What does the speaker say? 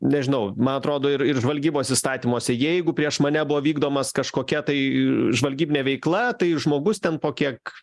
nežinau man atrodo ir ir žvalgybos įstatymuose jeigu prieš mane buvo vykdomas kažkokia tai žvalgybinė veikla tai žmogus ten po kiek